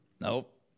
Nope